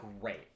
great